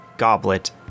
Goblet